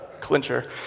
clincher